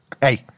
Hey